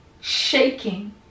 shaking